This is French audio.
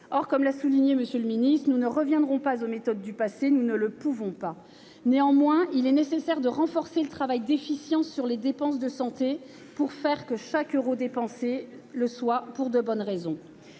Or, comme l'a souligné M. le ministre, « nous ne reviendrons pas aux méthodes du passé ». Nous ne le pouvons pas ! Néanmoins, il est nécessaire de renforcer le travail d'efficience sur les dépenses de santé pour faire que chaque euro dépensé le soit pour de bonnes raisons.